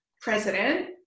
president